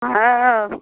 हँ